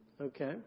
Okay